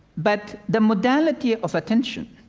but the modality of attention,